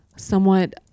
somewhat